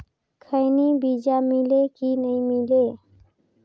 खैनी बिजा मिले कि नी मिले?